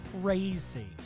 crazy